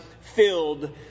filled